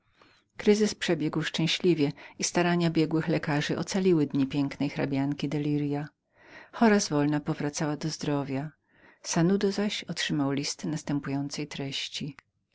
kryzys i starania biegłych lekarzy ocaliły dni pięknej hrabianki de lirias chora zwolna powracała do zdrowia sanudo zaś otrzymał list następującej treści